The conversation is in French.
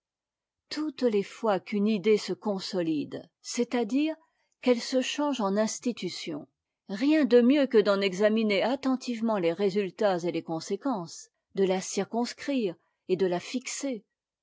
toutes les fois qu'une idée se consolide c'està-dire qu'elle se change en institution rien de mieux que d'en examiner attentivement ies résuitats et les conséquences de la circonscrire et de la fixer